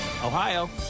Ohio